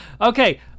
okay